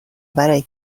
برای